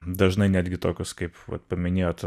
dažnai netgi tokius kaip vat paminėjot